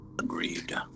agreed